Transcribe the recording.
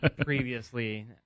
previously